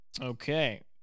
Okay